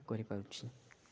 କରିପାରୁଛି